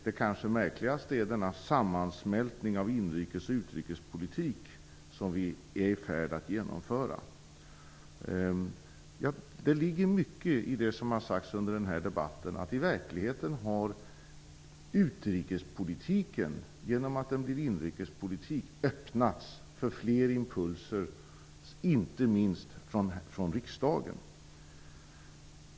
Det kanske märkligaste är denna sammansmältning av inrikes och utrikespolitik, som vi är i färd att genomföra. Det ligger mycket i det som har sagts under debatten om att utrikespolitiken, genom att den har blivit inrikespolitik, har öppnats för fler impulser, inte minst från riksdagen.